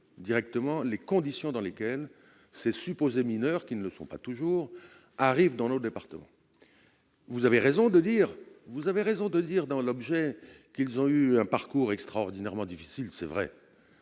observer les conditions dans lesquelles ces supposés mineurs, qui ne le sont pas toujours, arrivent dans nos départements. Vous avez raison de le souligner dans l'objet de l'amendement, ces jeunes ont eu un parcours extraordinairement difficile, c'est vrai,